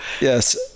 yes